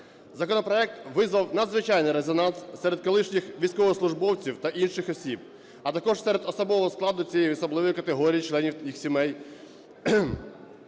Законопроект визвав надзвичайний резонанс серед колишніх військовослужбовців та інших осіб, а також серед особового складу цієї особливої категорії, членів їх сімей.